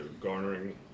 garnering